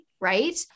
Right